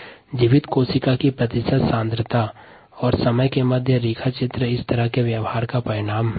सम्भवतः जीवित कोशिका की प्रतिशत सांद्रता और समय के मध्य ग्राफ इस तरह के व्यवहार का परिणाम हो